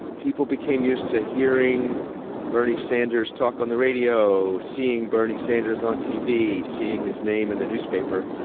people became used to hearing bernie sanders talk on the radio, seeing bernie sanders on tv, seeing his name in the newspaper,